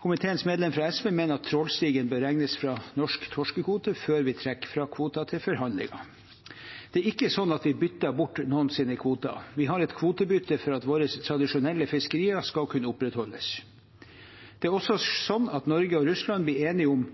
Komiteens medlem fra SV mener at trålstigen bør regnes fra norsk torskekvote før vi trekker fra kvoter til forhandlinger. Det er ikke slik at vi bytter bort noens kvoter. Vi har et kvotebytte for at våre tradisjonelle fiskerier skal kunne opprettholdes. Det er også slik at Norge og Russland blir enige om